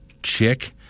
chick